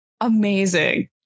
Amazing